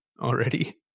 already